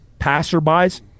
Passerbys